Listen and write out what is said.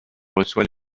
reçoit